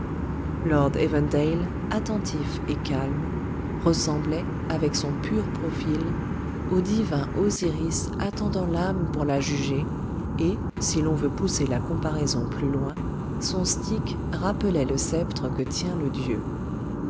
effrayant et mystérieux lord evandale attentif et calme ressemblait avec son pur profil au divin osiris attendant l'âme pour la juger et si l'on veut pousser la comparaison plus loin son stick rappelait le sceptre que tient le dieu